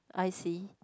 I see